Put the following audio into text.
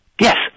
Yes